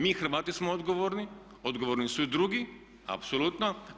Mi Hrvati smo odgovorni, odgovorni su i drugi apsolutno.